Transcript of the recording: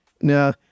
now